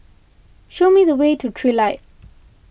show me the way to Trilight